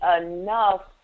enough